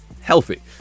healthy